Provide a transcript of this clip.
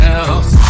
else